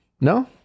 No